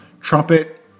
Trumpet